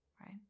Right